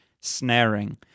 snaring